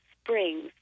springs